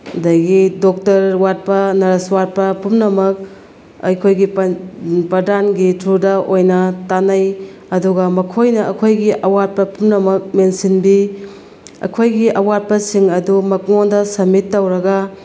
ꯑꯗꯒꯤ ꯗꯣꯛꯇꯔ ꯋꯥꯠꯄ ꯅꯔꯁ ꯋꯥꯠꯄ ꯄꯨꯝꯅꯃꯛ ꯑꯩꯈꯣꯏꯒꯤ ꯄ꯭ꯔꯗꯥꯟꯒꯤ ꯊ꯭ꯔꯨꯗ ꯑꯣꯏꯅ ꯇꯥꯟꯅꯩ ꯑꯗꯨꯒ ꯃꯈꯣꯏꯅ ꯑꯩꯈꯣꯏꯒꯤ ꯑꯋꯥꯠꯄ ꯄꯨꯝꯅꯃꯛ ꯃꯦꯟꯁꯤꯟꯕꯤ ꯑꯩꯈꯣꯏꯒꯤ ꯑꯋꯥꯠꯄꯁꯤꯡ ꯑꯗꯨ ꯃꯉꯣꯟꯗ ꯁꯝꯃꯤꯠ ꯇꯧꯔꯒ